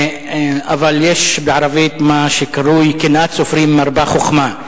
אבל יש בערבית מה שקרוי: קנאת סופרים מרבה חוכמה,